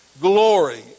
glory